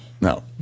No